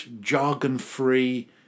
jargon-free